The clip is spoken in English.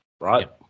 right